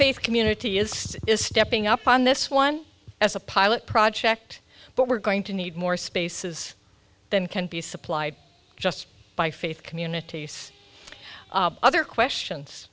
faith community is is stepping up on this one as a pilot project but we're going to need more spaces than can be supplied just by faith communities other questions